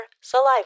saliva